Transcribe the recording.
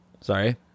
Sorry